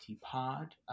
Pod